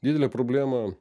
didelė problema